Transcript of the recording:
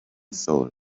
soul